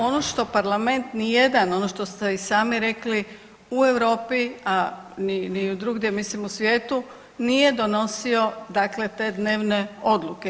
Ono što parlament ni jedan, ono što ste i sami rekli u Europi, a ni, ni drugdje mislim u svijetu nije donosio dakle te dnevne odluke.